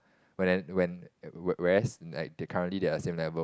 but then when whereas like they currently they are the same level